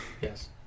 yes